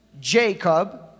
Jacob